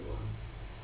~ma